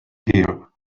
here